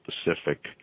specific